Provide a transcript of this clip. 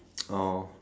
oh